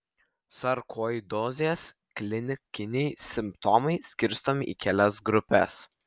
sarkoidozės klinikiniai simptomai skirstomi į kelias grupes